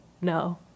no